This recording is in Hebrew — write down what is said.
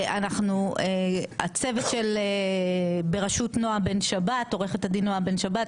הצוות בראשות עו"ד נעה בן שבת,